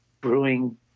brewing